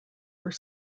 were